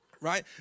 Right